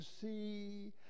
see